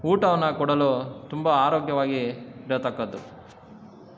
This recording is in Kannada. ಊಟವನ್ನು ಕೊಡಲು ತುಂಬ ಆರೋಗ್ಯವಾಗಿ ಇಡತಕ್ಕದ್ದು